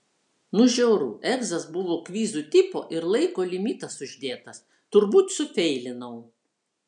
nu žiauru egzas buvo kvizų tipo ir laiko limitas uždėtas turbūt sufeilinau